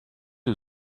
who